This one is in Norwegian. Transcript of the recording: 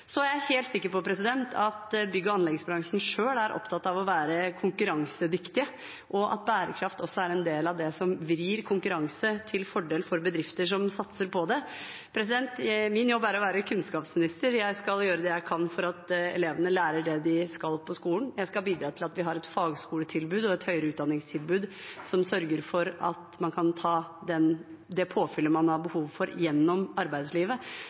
Så er jeg helt sikker på at bygg- og anleggsbransjen selv er opptatt av å være konkurransedyktige, og at bærekraft også er en del av det som vrir konkurransen til fordel for bedrifter som satser på det. Min jobb er å være kunnskapsminister. Jeg skal gjøre det jeg kan for at elevene lærer det de skal på skolen. Jeg skal bidra til at vi har et fagskoletilbud og et høyere utdanningstilbud som sørger for at man kan ta det påfyllet man har behov for gjennom arbeidslivet.